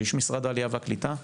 שליש משרד העלייה והלקיטה,